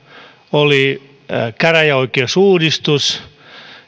oli käräjäoikeusuudistus